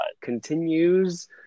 continues